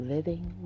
Living